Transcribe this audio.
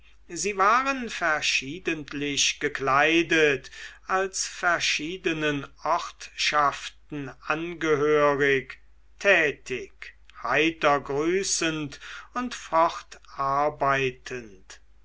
sie waren verschiedentlich gekleidet als verschiedenen ortschaften angehörig tätig heiter grüßend und fortarbeitend